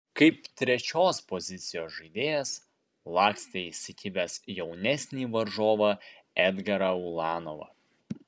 kaip trečios pozicijos žaidėjas lakstė įsikibęs jaunesnį varžovą edgarą ulanovą